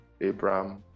Abraham